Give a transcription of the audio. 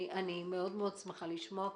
אני שמחה לשמוע,